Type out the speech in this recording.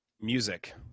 music